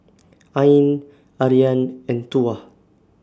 Ain Aryan and Tuah